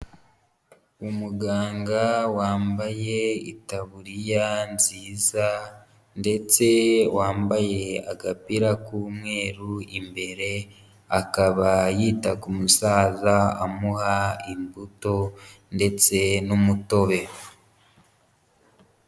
Umuganga wambaye itaburiya nziza ndetse wambaye agapira k'umweru, imbere akaba yita ku musaza, amuha imbuto ndetse n'umutobe.